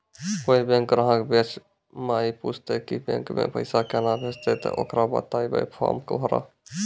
कोय बैंक ग्राहक बेंच माई पुछते की बैंक मे पेसा केना भेजेते ते ओकरा बताइबै फॉर्म भरो